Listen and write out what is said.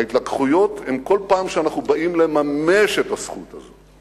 ההתלקחויות הן כל פעם שאנחנו באים לממש את הזכות הזאת.